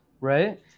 right